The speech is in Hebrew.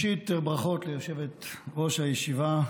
ראשית, ברכות ליושבת-ראש הישיבה.